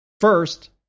First